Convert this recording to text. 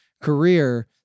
career